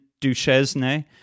Duchesne